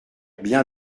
bien